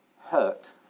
hurt